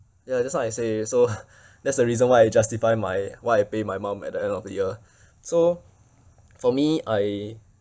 ya just now I say so that's the reason why I justify my why I pay my mum at the end of the year so for me I